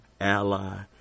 ally